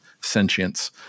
sentience